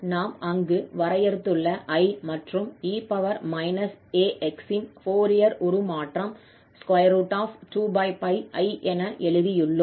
நாம் அங்கு வரையறுத்துள்ள I மற்றும் e ax இன் ஃபோரியர் உருமாற்றம் 2I என எழுதியுள்ளோம்